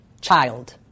child